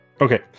Okay